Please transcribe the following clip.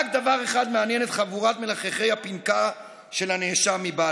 רק דבר אחד מעניין את חבורת מלחכי הפנכה של הנאשם מבלפור: